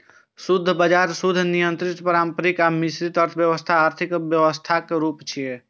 शुद्ध बाजार, शुद्ध नियंत्रित, पारंपरिक आ मिश्रित अर्थव्यवस्था आर्थिक व्यवस्थाक रूप छियै